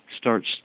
starts